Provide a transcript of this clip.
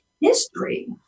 history